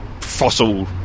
fossil